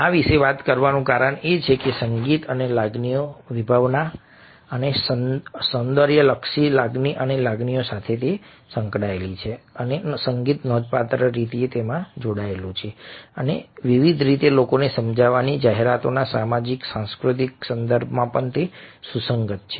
આ વિશે વાત કરવાનું કારણ એ છે કે આ સંગીતને લાગણીઓની વિભાવના અને સૌંદર્યલક્ષી લાગણી અને લાગણી સાથે સાંકળે છે અને સંગીત નોંધપાત્ર રીતે જોડાયેલું છે અને વિવિધ રીતે લોકોને સમજાવવાની જાહેરાતના સામાજિક સાંસ્કૃતિક સંદર્ભમાં પણ સુસંગત છે